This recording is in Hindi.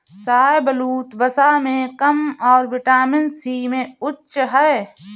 शाहबलूत, वसा में कम और विटामिन सी में उच्च है